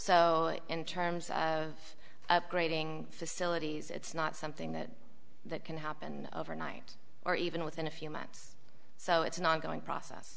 so in terms of upgrading facilities it's not something that can happen overnight or even within a few months so it's an ongoing process